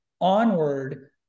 onward